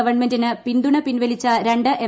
ഗവൺമെന്റിന് പിന്തുണ പിൻവലിച്ച രണ്ട് എം